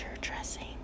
dressing